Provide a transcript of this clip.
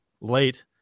late